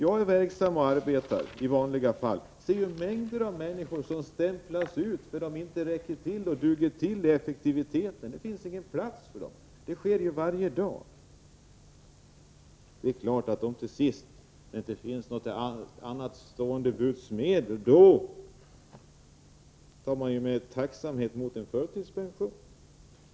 Jag är i vanliga fall ute i arbetslivet och'ser mängder av människor som stämplas ut därför att de inte räcker till och klarar av effektivitetskravet— det finns ingen plats för dem. Det sker varje dag. När det inte står några andra medel till buds, är det klart att de med tacksamhet tar emot en förtidspension.